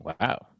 wow